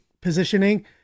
positioning